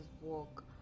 walk